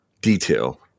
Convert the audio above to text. detail